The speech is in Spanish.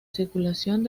circulación